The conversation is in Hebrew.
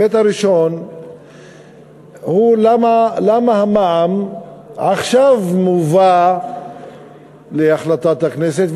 ההיבט הראשון הוא למה המע"מ מובא עכשיו להחלטת הכנסת,